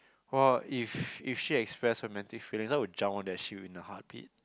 well if if she express romantic feelings I'd jump on that shit in a heart beat